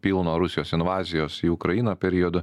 pilno rusijos invazijos į ukrainą periodo